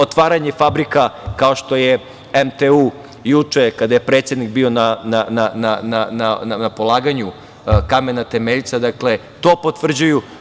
Otvaranje fabrika, kao što je MTU juče, kada je predsednik bio na polaganju kamena temeljca, to potvrđuju.